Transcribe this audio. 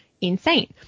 insane